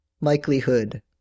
likelihood